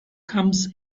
comes